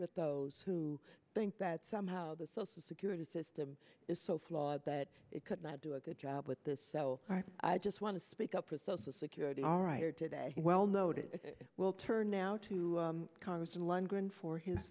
with those who think that somehow the social security system is so flawed that it could not do a good job with this so i just want to speak up for social security all right are today well noted we'll turn now to congress and one going for his